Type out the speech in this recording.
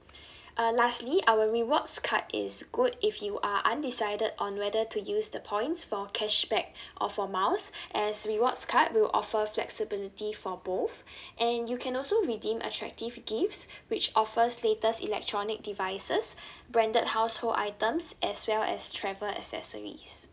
uh lastly our rewards card is good if you are undecided on whether to use the points for cashback or for miles as rewards card we'll offer flexibility for both and you can also redeem attractive gifts which offers latest electronic devices branded household items as well as travel accessories